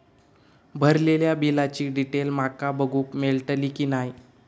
भरलेल्या बिलाची डिटेल माका बघूक मेलटली की नाय?